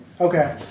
Okay